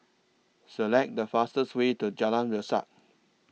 Select The fastest Way to Jalan Resak